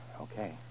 Okay